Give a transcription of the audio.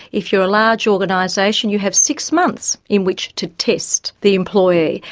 if you're a large organisation you have six months in which to test the employee.